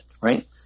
right